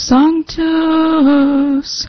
Sanctus